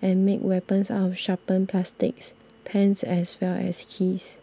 and make weapons out of sharpened plastics pens as well as keys